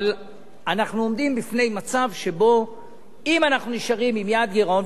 אבל אנחנו עומדים בפני מצב שבו אם אנחנו נשארים עם יעד גירעון,